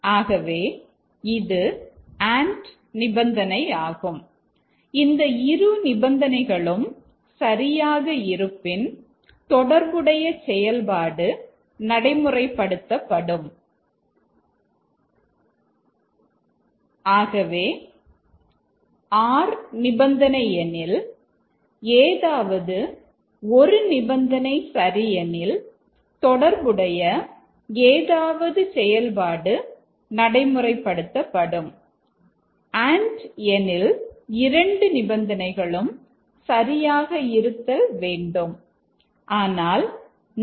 ஆகவே இது அண்ட் உபயோகித்து உள்ளோம்